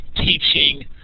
teaching